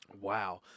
wow